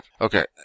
Okay